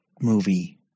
movie